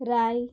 राय